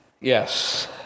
Yes